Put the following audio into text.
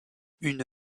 une